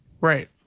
Right